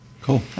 Cool